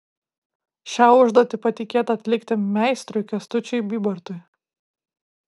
šią užduotį patikėta atlikti meistrui kęstučiui bybartui